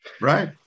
Right